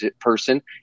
person